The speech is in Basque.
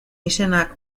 izenak